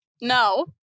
No